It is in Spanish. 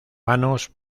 vanos